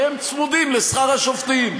כי הם צמודים לשכר השופטים.